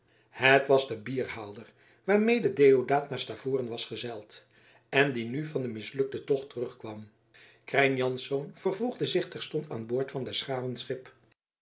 het was de bierhaalder waarmede deodaat naar stavoren was gezeild en die nu van den mislukten tocht terugkwam krijn jansz vervoegde zich terstond aan boord van des graven schip